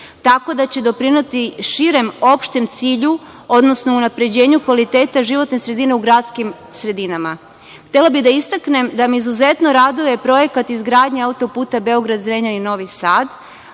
Tako da će doprineti širem opštem cilju, odnosno unapređenju kvaliteta životne sredine u gradskim sredinama. Htela bih da istaknem da me izuzetno raduje projekat izgradnje autoputa Beograd-Zrenjanin-Novi Sad.